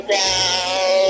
down